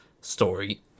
story